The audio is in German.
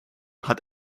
hat